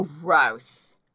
Gross